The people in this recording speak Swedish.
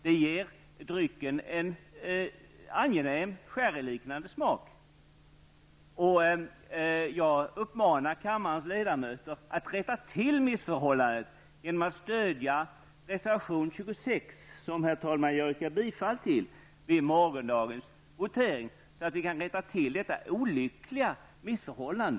Det ger drycken en angenäm, sherry-liknande smak. Jag uppmanar kammarens ledamöter att rätta till missförhållandet genom att stödja reservation nr 26 vid morgondagens votering, till vilken jag yrkar bifall, så att vi kan rätta till detta olyckliga missförhållande.